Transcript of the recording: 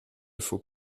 faut